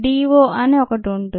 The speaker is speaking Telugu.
DO అని ఒకటి ఉంది